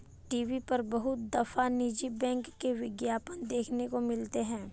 TV पर बहुत दफा निजी बैंक के विज्ञापन देखने को मिलते हैं